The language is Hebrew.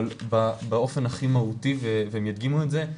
אבל באופן הכי מהותי והם ידגימו את זה,